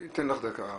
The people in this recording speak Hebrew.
אני אתן לך דקה,